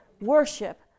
worship